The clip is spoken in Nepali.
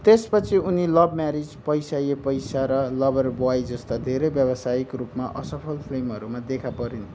त्यसपछि उनी लभ म्यारिज पैसा ये पैसा र लभर बोय जस्ता धेरै व्यावसायिक रूपमा असफल फिल्महरूमा देखा परिन्